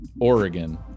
oregon